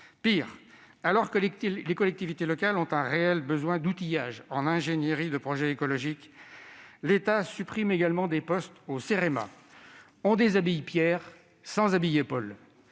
Pire : alors que les collectivités locales ont un réel besoin d'outillage en ingénierie de projets écologiques, l'État supprime également des postes au Cerema. On déshabille Pierre sans habiller Paul